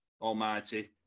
almighty